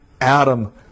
Adam